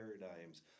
paradigms